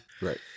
Right